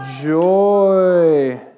joy